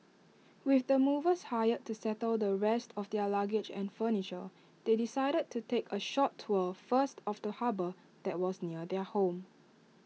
with the movers hired to settle the rest of their luggage and furniture they decided to take A short tour first of the harbour that was near their home